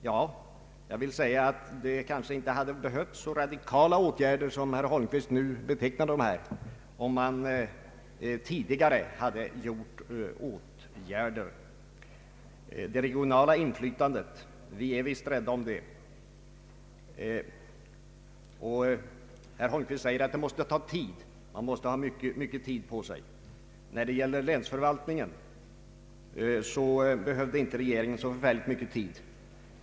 Då vill jag säga, att om åtgärder vidtagits tidigare kanske inte de här föreslagna åtgärderna som herr Holmqvist betecknar som så radikala blivit nödvändiga. Det regionala inflytandet är vi visst rädda om! Herr Holmqvist säger vidare att allt det här kommer att ta mycket lång tid. När det gällde länsförvaltningen behövde regeringen inte så förfärligt mycket tid.